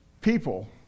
people